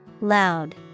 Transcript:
Loud